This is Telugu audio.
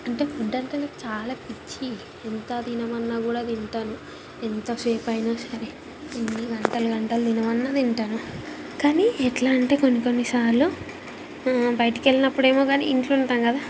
అంటే ఫుడ్డంటే నాకు చాలా పిచ్చి ఎంత తినమన్నా కూడా తింటాను ఎంతసేపయినా సరే ఎన్ని గంటలు గంటలు తినమన్నా తింటను కాని ఎట్లాంటే కొన్ని కొన్ని సార్లు బయటకెళ్లినప్పుడు ఏమో కాని ఇంట్లో ఉంటాం కదా